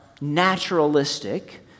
naturalistic